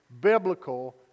biblical